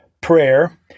prayer